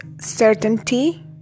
certainty